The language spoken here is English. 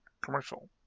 commercial